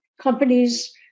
companies